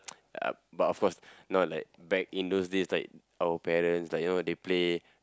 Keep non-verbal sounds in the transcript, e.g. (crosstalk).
(noise) uh but of course not like back in those days like our parents like you know they play